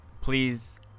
please